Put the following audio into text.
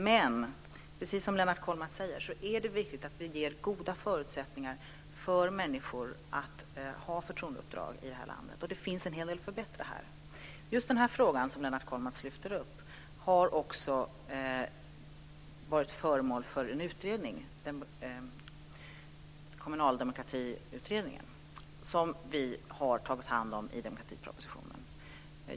Men precis som Lennart Kollmats säger är det viktigt att vi ger goda förutsättningar för människor att ha förtroendeuppdrag i det här landet, och det finns en hel del att förbättra här. Just den här frågan, som Lennart Kollmats lyfter upp, har varit föremål för en utredning, Kommunaldemokratiutredningen, som vi har tagit hand om i demokratipropositionen.